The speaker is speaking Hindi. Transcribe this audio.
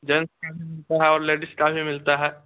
जेंट्स का और लेडीज का भी मिलता है